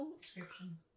description